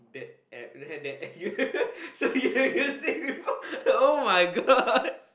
that add that add you so you you see before [oh]-my-god